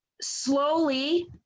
slowly